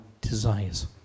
desires